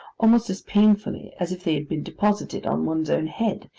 almost as painfully as if they had been deposited on one's own head,